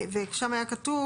שם היה כתוב,